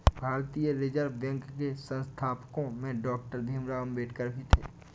भारतीय reserve bank के संस्थापकों में डॉक्टर भीमराव अंबेडकर भी थे